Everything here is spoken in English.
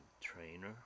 trainer